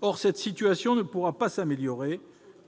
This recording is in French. Or cette situation ne pourra pas s'améliorer